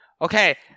Okay